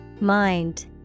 Mind